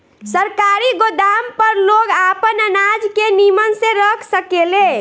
सरकारी गोदाम पर लोग आपन अनाज के निमन से रख सकेले